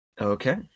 Okay